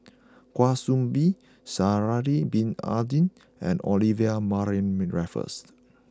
Kwa Soon Bee Sha'ari Bin Tadin and Olivia Mariamne Raffles